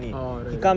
oh right right right